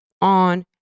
on